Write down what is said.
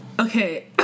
Okay